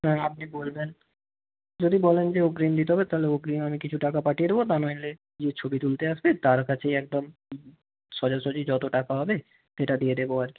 হ্যাঁ আপনি বলবেন যদি বলেন যে অগ্রিম দিতে হবে তাহলে অগ্রিম আমি কিছু টাকা পাঠিয়ে দেবো তা নইলে যে ছবি তুলতে আসবে তার কাছেই একদম সোজাসুজি যত টাকা হবে সেটা দিয়ে দেবো আর কি